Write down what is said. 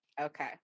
Okay